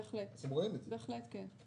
בהחלט כן.